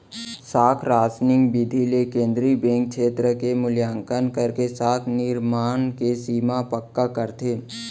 साख रासनिंग बिधि ले केंद्रीय बेंक छेत्र के मुल्याकंन करके साख निरमान के सीमा पक्का करथे